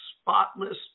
spotless